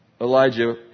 Elijah